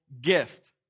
gift